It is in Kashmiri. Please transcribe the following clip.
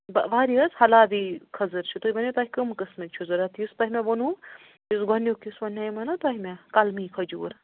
واریاہ حظ ہلادی خٔزٕر چھِ تُہۍ ؤنِو تۄہہِ کٕم قٔسمٕکۍ چھُو ضروٗرت یُس تۄہہِ مےٚ ووٚنوٕ یُس گۄڈٕنیُکھ یُس ونٮ۪مَو نا تۄہہِ مےٚ کلمی کھجوٗر